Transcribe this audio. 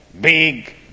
big